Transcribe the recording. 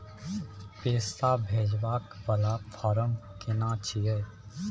पैसा भेजबाक वाला फारम केना छिए?